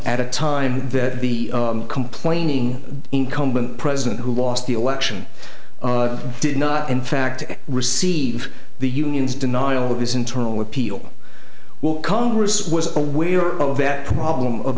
at a time that the complaining incumbent president who lost the election did not in fact receive the union's denial of his internal repeal will congress was aware of that problem of